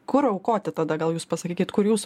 kur aukoti tada gal jūs pasakykit kur jūs